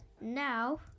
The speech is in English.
now